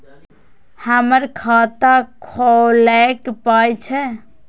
हमर खाता खौलैक पाय छै